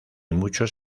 muchos